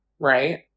Right